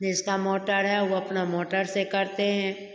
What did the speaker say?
जिसका मोटर है वो अपना मोटर से करते हैं